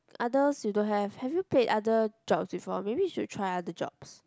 others you don't have have you pay other jobs before maybe you should try other jobs